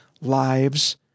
lives